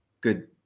good